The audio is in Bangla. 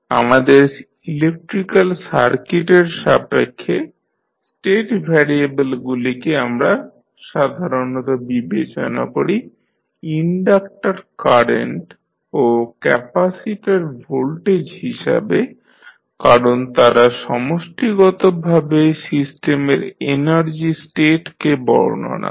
আমাদের ইলেকট্রিক্যাল সার্কিটের সাপেক্ষে স্টেট ভ্যারিয়েবলগুলিকে আমরা সাধারণত বিবেচনা করি ইনডাকটর কারেন্ট ও ক্যাপাসিটর ভোল্টেজ হিসাবে কারণ তারা সমষ্টিগতভাবে সিস্টেমের এনার্জি স্টেট কে বর্ণনা করে